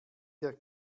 der